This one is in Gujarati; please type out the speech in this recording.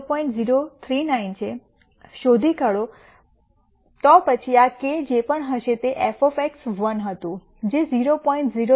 0399 છે અને તે શોધી કાઢો તો પછી આ k જે પણ હશે તે f 1 હતું જે 0